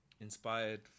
inspired